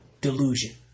delusion